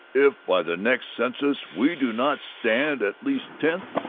if by the next census we do not stand at least tenth,